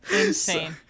Insane